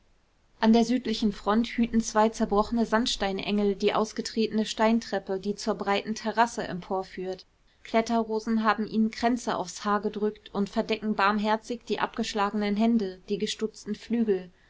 an der südlichen front hüten zwei zerbrochene sandsteinengel die ausgetretene steintreppe die zur breiten terrasse emporführt kletterrosen haben ihnen kränze aufs haar gedrückt und verdecken barmherzig die abgeschlagenen hände die gestutzten flügel